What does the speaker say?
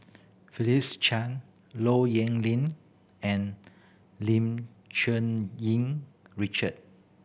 Philip Chan Low Yen Ling and Lim Cherng Yih Richard